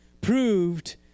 proved